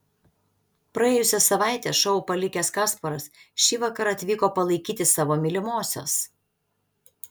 praėjusią savaitę šou palikęs kasparas šįvakar atvyko palaikyti savo mylimosios